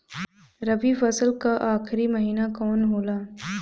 रवि फसल क आखरी महीना कवन होला?